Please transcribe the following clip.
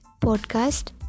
podcast